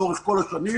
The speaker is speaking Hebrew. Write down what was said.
לאורך כל השנים,